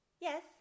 Yes